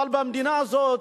אבל במדינה הזאת